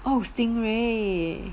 oh stingray